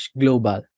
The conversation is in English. global